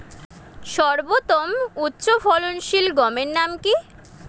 সর্বতম উচ্চ ফলনশীল গমের নাম কি?